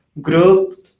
group